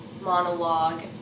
monologue